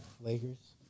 Lakers